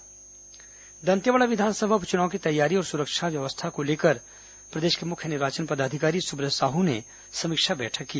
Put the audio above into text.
दंतेवाड़ा उप चुनाव दंतेवाड़ा विधानसभा उप चुनाव की तैयारी और सुरक्षा व्यवस्था को लेकर प्रदेश के मुख्य निर्वाचन पदाधिकारी सुब्रत साहू ने समीक्षा बैठक की